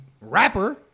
rapper